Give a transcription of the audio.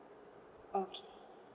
okay